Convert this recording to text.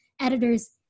editors